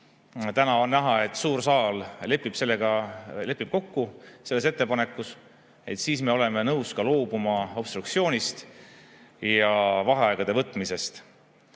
täna on näha, et suur saal lepib sellega, lepib kokku selles ettepanekus, siis me oleme nõus loobuma obstruktsioonist ja vaheaegade võtmisest.